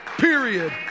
Period